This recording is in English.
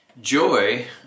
Joy